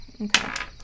Okay